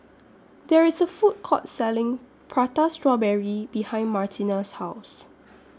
There IS A Food Court Selling Prata Strawberry behind Martina's House